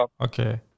Okay